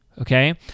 Okay